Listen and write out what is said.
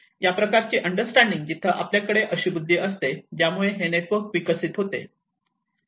या प्रकारची अंडरस्टँडिंग जिथे आपल्याकडे अशी बुद्धी असते ज्यामुळे हे नेटवर्क विकसित होते